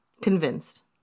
Convinced